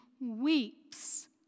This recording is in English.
weeps